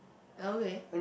okay